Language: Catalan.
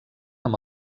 amb